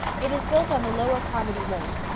it is built on the lower carmody road.